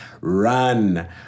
run